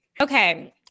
Okay